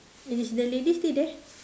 is the lady still there